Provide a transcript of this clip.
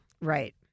Right